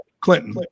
Clinton